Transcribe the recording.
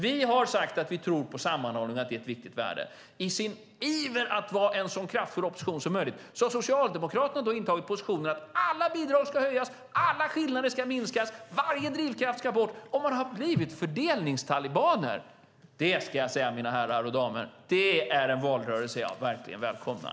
Vi har sagt att vi tror på sammanhållning och att det är ett viktigt värde. I sin iver att vara en så kraftfull opposition som möjligt har Socialdemokraterna intagit positionen att alla bidrag ska höjas, att alla skillnader ska minskas och att varje drivkraft ska bort. De har blivit fördelningstalibaner. Jag ska säga, mina herrar och damer, att det är en valrörelse som jag verkligen välkomnar.